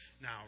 now